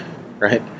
right